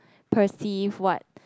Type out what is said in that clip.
perceive what